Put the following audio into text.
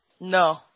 No